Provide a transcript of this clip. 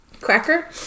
Cracker